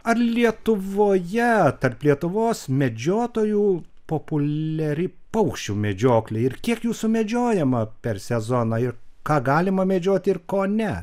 ar lietuvoje tarp lietuvos medžiotojų populiari paukščių medžioklė ir kiek jų sumedžiojama per sezoną ir ką galima medžioti ir ko ne